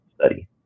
study